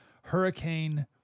Hurricane